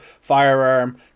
firearm